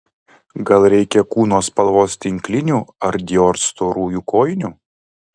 gal reikia kūno spalvos tinklinių ar dior storųjų kojinių